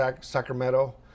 Sacramento